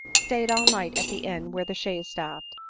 stayed all night at the inn where the chaise stopped,